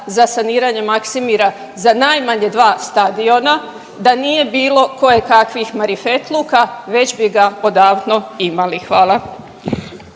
za saniranje Maksimira za najmanje dva stadiona, da nije bilo kojekakvih marifetluka već bi ga odavno imali. Hvala.